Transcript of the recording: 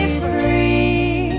free